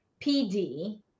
PD